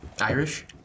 Irish